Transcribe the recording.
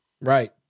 Right